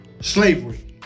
slavery